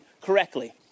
correctly